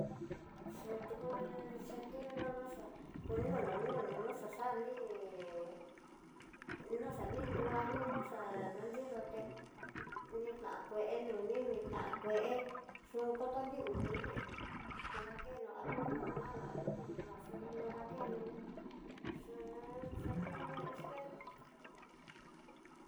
Xutuku xetioná ñuxaá kui nu'u nu nu'u nu xa xa ní'i noxani nruani noxa nanridoté, nina kué noni ná kué yu'u kornrivi nu no'o tidakenó algun pomada algun naxunadakeno, chunionó espejo.